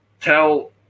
tell